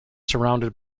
surrounded